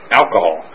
alcohol